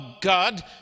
God